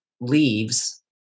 leaves